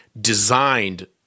designed